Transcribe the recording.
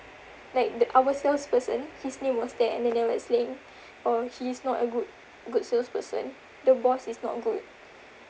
like the our salesperson his name was there and then they were like saying oh he is not a good good salesperson the boss is not good